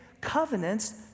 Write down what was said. covenants